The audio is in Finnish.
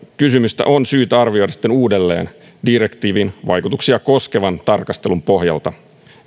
kysymystä on syytä arvioida sitten uudelleen direktiivin vaikutuksia koskevan tarkastelun pohjalta